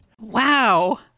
Wow